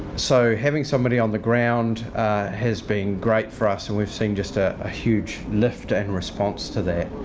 so, having somebody on the ground has been great for us and we've seeing just a huge lift and response to that.